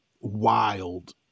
wild